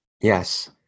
Yes